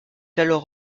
alors